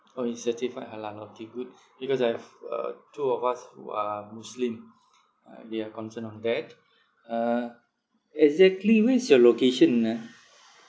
orh it's certified halal okay good because I've uh two of us who are muslim uh they are concerned on that uh exactly where is your location ah